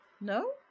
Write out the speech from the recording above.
No